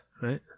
Right